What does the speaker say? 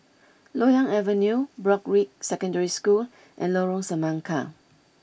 Loyang Avenue Broadrick Secondary School and Lorong Semangka